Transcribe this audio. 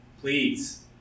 Please